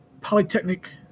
Polytechnic